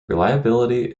reliability